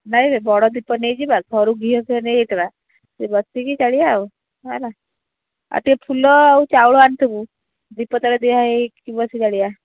ନାହିଁ ବେ ବଡ଼ ଦୀପ ନେଇଯିବା ଘରୁ ଘିଅ ଫିଅ ନେଇଯାଇଥିବା ସେଠି ବସିକି ଜାଳିବା ଆଉ ହେଲା ଆଉ ଟିକିଏ ଫୁଲ ଆଉ ଚାଉଳ ଆଣିଥିବୁ ଦୀପ ତଳେ ଦିଆ ହେଇ ହେଇ ବସି ଜାଳିବା